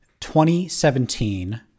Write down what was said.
2017